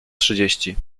trzydzieści